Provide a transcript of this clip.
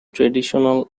traditional